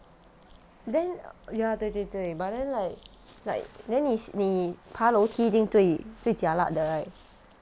then ya 对对对 but then like like then 你你爬楼梯最最 jialat 的 right